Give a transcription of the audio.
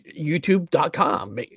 YouTube.com